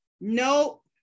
nope